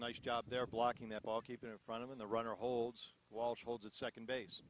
nice job there blocking that ball keep in front of him the runner holds walsh holds at second base